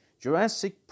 Jurassic